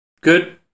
good